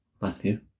Matthew